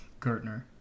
Gertner